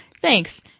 thanks